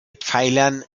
pfeilern